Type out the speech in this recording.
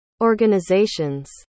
organizations